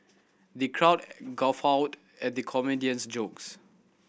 the crowd guffawed at the comedian's jokes